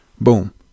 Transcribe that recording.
Boom